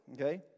okay